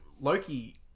Loki